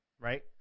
right